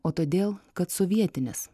o todėl kad sovietinis